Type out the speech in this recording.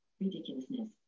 Ridiculousness